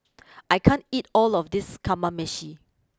I can't eat all of this Kamameshi